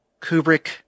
Kubrick